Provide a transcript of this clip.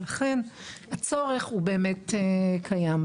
לכן הצורך הוא באמת קיים.